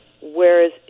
Whereas